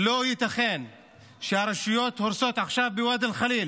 לא ייתכן שהרשויות הורסות עכשיו בוואדי אל-ח'ליל